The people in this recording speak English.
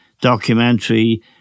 documentary